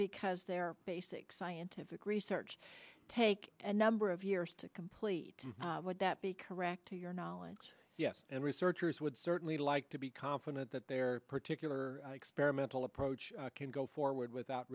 because their basic scientific research take a number of years to complete would that be correct to your knowledge and researchers would certainly like to be confident that their particular experimental approach can go forward without